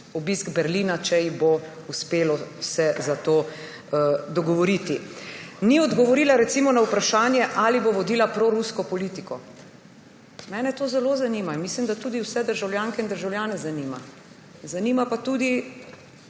obisk Berlina, če se ji bo uspelo za to dogovoriti. Ni odgovorila recimo na vprašanje, ali bo vodila prorusko politiko. Mene to zelo zanima in mislim, da tudi vse državljanke in državljane zanima. Zanima pa tudi